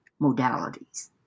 modalities